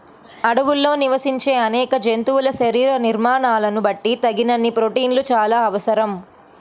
అడవుల్లో నివసించే అనేక జంతువుల శరీర నిర్మాణాలను బట్టి తగినన్ని ప్రోటీన్లు చాలా అవసరం